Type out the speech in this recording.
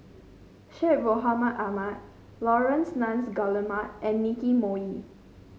Syed Mohamed Ahmed Laurence Nunns Guillemard and Nicky Moey